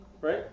right